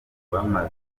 bamaze